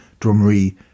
Drumree